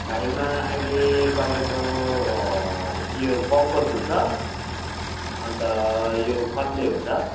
फ्राईमा अहिले तपाईँको यो पङ्कज हुन्छ अन्त यो कत्ले हुन्छ